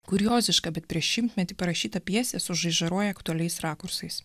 kurioziška bet prieš šimtmetį parašyta pjesė sužaižaruoja aktualiais rakursais